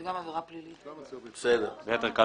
ב-(ב) הוספנו